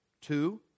Two